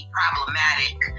problematic